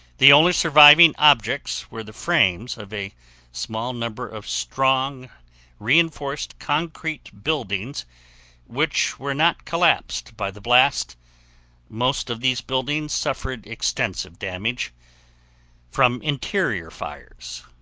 the only surviving objects were the frames of a small number of strong reinforced concrete buildings which were not collapsed by the blast most of these buildings suffered extensive damage from interior fires,